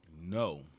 no